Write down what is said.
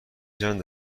چند